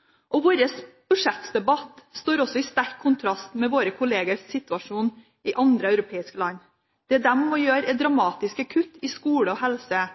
situasjonen våre kolleger i andre europeiske land er i. Der de må gjøre dramatiske kutt i skole og helse, er